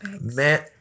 Man